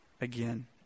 again